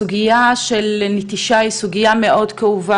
הסוגייה של נטישה היא סוגייה מאוד כאובה